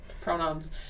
Pronouns